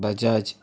Bajaj